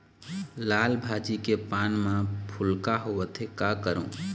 लाल भाजी के पान म भूलका होवथे, का करों?